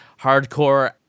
hardcore